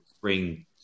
bring